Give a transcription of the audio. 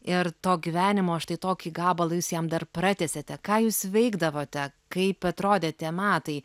ir to gyvenimo štai tokį gabalą jūs jam dar pratęsėte ką jūs veikdavote kaip atrodė tie metai